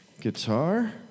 guitar